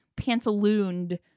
pantalooned